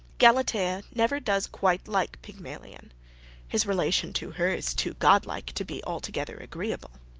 galatea never does quite like pygmalion his relation to her is too godlike to be altogether agreeable.